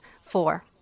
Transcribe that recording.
four